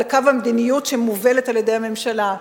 על קו המדיניות שמובלת על-ידי הממשלה.